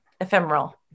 ephemeral